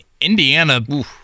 Indiana